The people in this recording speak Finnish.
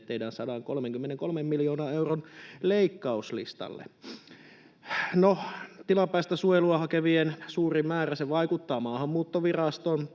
teidän 133 miljoonan euron leikkauslistallenne? No, tilapäistä suojelua hakevien suuri määrä vaikuttaa Maahanmuuttoviraston